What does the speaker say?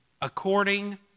according